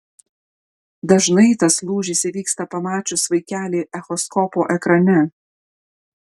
dažnai tas lūžis įvyksta pamačius vaikelį echoskopo ekrane